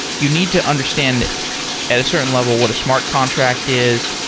you need to understand at a certain level what a smart contract is,